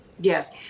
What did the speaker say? yes